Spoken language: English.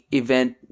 event